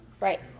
Right